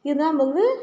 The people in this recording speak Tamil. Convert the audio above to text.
இருந்தாலும் நம்ப வந்து